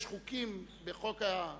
יש חוקים בחוק ההסדרים